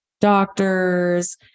doctors